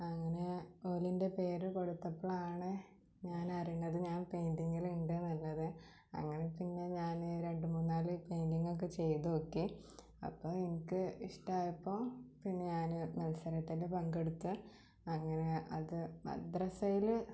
അങ്ങനെ ഒന്നിൻ്റെ പേര് കൊടുത്തപ്പോളാണ് ഞാനറിയണത് ഞാൻ പെയ്ന്റിങ്ങിലുണ്ട് എന്നുള്ളത് അങ്ങനെ പിന്നെ ഞാൻ രണ്ട് മൂന്ന് നാല് പെയ്ടിങ്ങൊക്കെ ചെയ്തോക്കി അപ്പോൾ എൻക്ക് ഇഷ്ടായപ്പോൾ പിന്നെ ഞാൻ മത്സരത്തിൽ പങ്കെടുത്തു അങ്ങനെ അത് മദ്രസേൽ